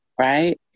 right